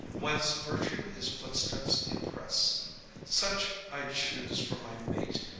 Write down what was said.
whilst virtue his footsteps impress such i'd choose for my mate,